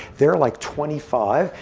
they're like twenty five.